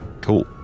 cool